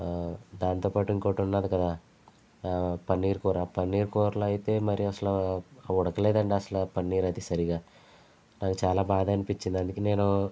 దాంతోపాటు ఇంకోటి ఉన్నాది కదా ఆ పన్నీర్ కూర పన్నీర్ కూరలో అయితే మరి అసల ఉడక లేదండి అసల పన్నీర్ అది సరిగ్గా నాకు చాలా బాధ అనిపించింది అందుకు నేను